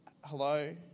hello